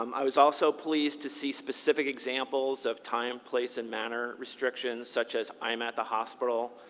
um i was also pleased to see specific examples of time, place, and manner restrictions, such as i'm at the hospital.